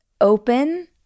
open